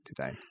today